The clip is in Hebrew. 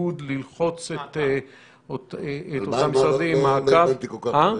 מיקוד כדי ללחוץ את אותם משרדים וכן לצורך מעקב --- לא הבנתי כל כך.